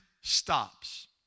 stops